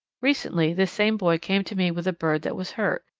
recently this same boy came to me with a bird that was hurt,